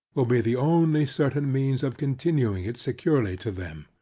will be the only certain means of continuing it securely to them.